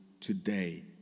today